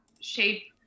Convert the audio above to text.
shape